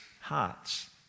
hearts